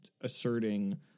asserting